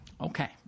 okay